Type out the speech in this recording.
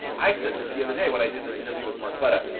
i said this the other day when i did this interview with marketta,